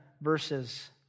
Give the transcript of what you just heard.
verses